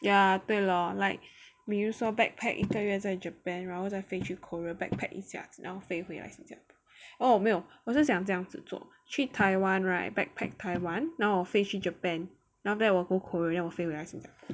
ya 对 lor like 比如说 backpack 一个月在 Japan 然后再飞去 Korea backpack 一下子然后飞回来新加坡 oh 没有我是想这样子做去 Taiwan right backpack Taiwan 然后我飞去 Japan 然后 after that 我 go Korea 我飞回来新加坡